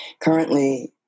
Currently